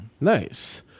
nice